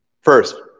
First